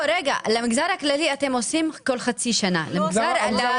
למגזר הכללי אתם עושים כל חצי שנה; לציבור